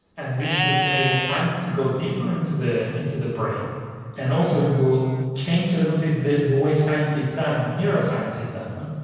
and this could enable science to go deeper into the into the brain and also it will change a little bit the the way science is done, neuroscience is done,